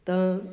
ਤਾਂ